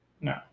No